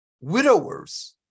widowers